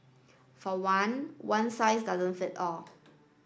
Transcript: for one one size doesn't fit all